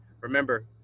remember